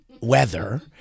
weather